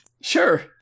Sure